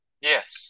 Yes